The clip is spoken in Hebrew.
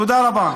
תודה רבה.